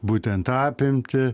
būtent tą apimtį